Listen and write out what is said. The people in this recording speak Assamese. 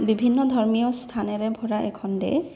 বিভিন্ন ধৰ্মীয় স্থানেৰে ভৰা এখন দেশ